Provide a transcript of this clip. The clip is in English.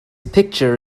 picture